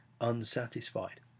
unsatisfied